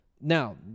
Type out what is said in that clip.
Now